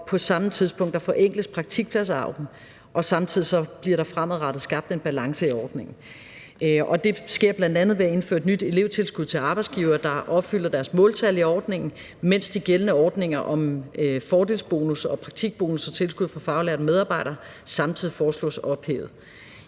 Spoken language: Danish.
og samme tidspunkt forenkles praktikplads-AUB'en, og der bliver fremadrettet skabt en balance i ordningen. Det sker bl.a. ved at indføre et nyt elevtilskud til arbejdsgivere, der opfylder deres måltal i ordningen, mens de gældende ordninger om fordelsbonus, praktikbonus og tilskud for faglærte medarbejdere samtidig foreslås ophævet.